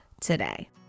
today